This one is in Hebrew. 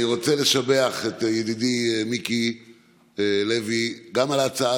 אני רוצה לשבח את ידידי מיקי לוי גם על ההצעה